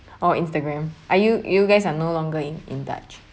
or instagram are you you guys are no longer in in touch